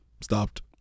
stopped